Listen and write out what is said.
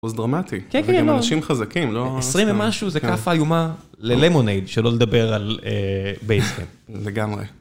זה דרמטי, כן כן לא, אבל זה עם אנשים חזקים, לא... 20 משהו זה כף איומה ללמונד, שלא לדבר על בעצם. לגמרי.